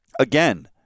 again